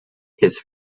his